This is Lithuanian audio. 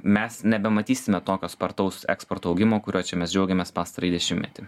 mes nebematysime tokio spartaus eksporto augimo kuriuo čia mes džiaugiamės pastarąjį dešimtmetį